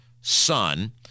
son